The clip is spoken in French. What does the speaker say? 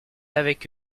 avec